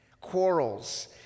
quarrels